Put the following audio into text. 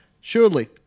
Surely